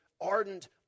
ardent